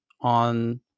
on